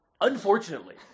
Unfortunately